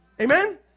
Amen